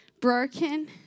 Broken